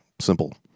Simple